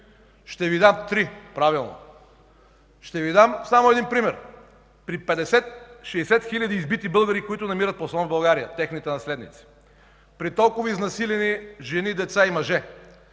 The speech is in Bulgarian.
Три, правилно. Ще Ви дам само един пример: при 50-60 хиляди избити българи, които намират подслон в България – техните наследници, при толкова изнасилени жени, деца и мъже,